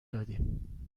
دادیم